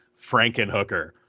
Frankenhooker